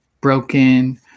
broken